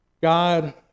God